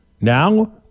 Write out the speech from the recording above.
Now